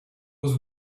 was